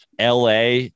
LA